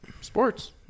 Sports